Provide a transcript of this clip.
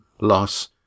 loss